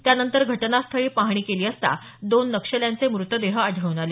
त्यानंतर घटनास्थळी पाहणी केली असता दोन नक्षल्यांचे मृतदेह आढळून आले